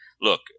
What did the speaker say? look